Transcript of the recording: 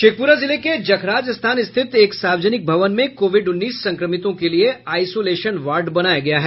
शेखपुरा जिले के जखराज स्थान स्थित एक सार्वजनिक भवन में कोविड उन्नीस संक्रमितों के लिये आइसोलेशन वार्ड बनाया गया है